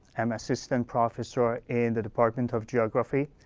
i'm assistant professor in the department of geography.